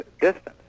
distance